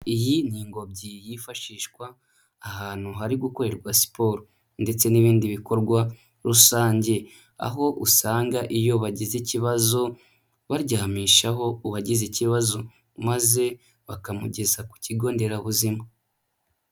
Iyi ni ingobyi yifashishwa ahantu hari gukorerwa siporo ndetse n'ibindi bikorwa rusange, aho usanga iyo bagize ikibazo baryamishaho uwagize ikibazo maze bakamugeza ku kigo nderabuzima.